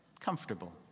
comfortable